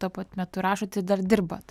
tuo pat metu rašot ir dar dirbat